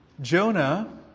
Jonah